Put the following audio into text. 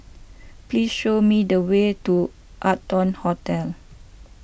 please show me the way to Arton Hotel